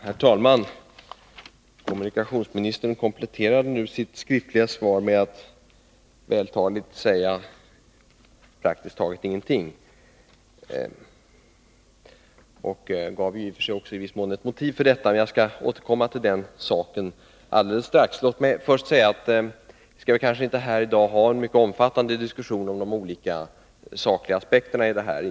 Herr talman! Kommunikationsministern kompletterade nu sitt skriftliga svar med att vältaligt säga praktiskt taget ingenting. Han gav ju i och för sig i viss mån ett motiv för detta, och jag skall återkomma till den saken alldeles strax. Låt mig först säga att vi i dag kanske inte skall ha en mycket omfattande diskussion om de olika sakliga aspekterna i den här frågan.